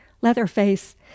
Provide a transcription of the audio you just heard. Leatherface